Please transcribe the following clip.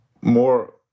more